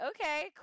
Okay